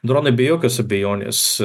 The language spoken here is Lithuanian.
dronai be jokios abejonės